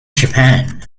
japan